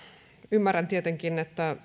ymmärrän tietenkin että